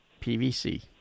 PVC